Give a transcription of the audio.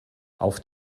auf